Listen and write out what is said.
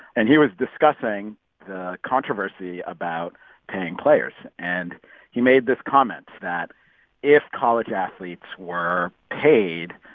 and he was discussing the controversy about paying players. and he made this comment that if college athletes were paid,